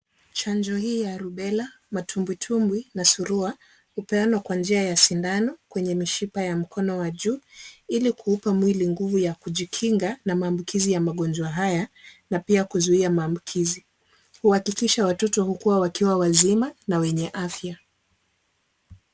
Chanjo hii ya rubela, matumbwitumbwi na surua, hupeanwa kwa njia ya sindano kwenye mishipa ya mkono wa juu, ili kuupa mwili nguvu ya kujikinga na maambukizi ya magonjwa haya na pia kuzuia maambukizi. Huhakikisha watoto hukua wakiwa wazima na wenye afya.